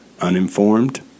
uninformed